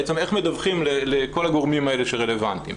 בעצם איך מדווחים לכל הגורמים האלה שרלוונטיים.